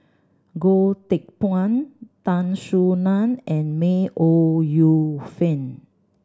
Goh Teck Phuan Tan Soo Nan and May Ooi Yu Fen